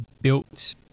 built